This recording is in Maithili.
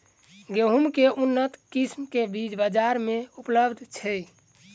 गेंहूँ केँ के उन्नत किसिम केँ बीज बजार मे उपलब्ध छैय?